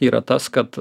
yra tas kad